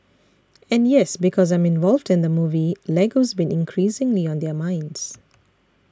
and yes because I'm involved in the movie Lego's been increasingly on their minds